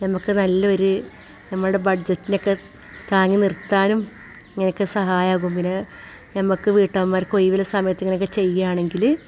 നമുക്ക് നല്ലൊരു നമ്മളുടെ ബഡ്ജറ്റിലേക്ക് താങ്ങി നിർത്താനും ഇങ്ങനൊക്കെ സഹായമാകും പിന്നെ ഞമ്മക്ക് വീട്ടമ്മമാർക്ക് ഒഴിവിൽ സമയത്ത് ഇങ്ങനെയൊക്കെ ചെയ്യുകയാണെങ്കിൽ